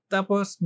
tapos